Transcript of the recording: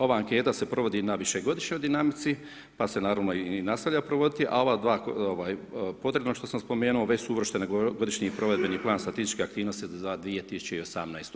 Ova anketa se provodi na višegodišnjoj dinamici pa se naravno i nastavlja provoditi a potrebno što sam spomenuo, već su uvršteni godišnji provedbeni plan statističkih aktivnosti za 2018.